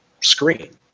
screen